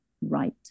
right